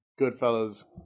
Goodfellas